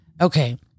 Okay